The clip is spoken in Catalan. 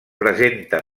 presenta